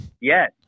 Yes